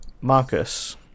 Marcus